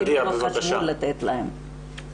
אפילו לא חשבו לתת להם.